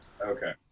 Okay